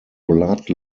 blood